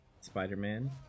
Spider-Man